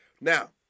Now